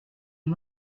est